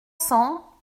cents